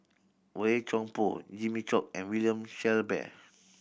Boey Chuan Poh Jimmy Chok and William Shellabear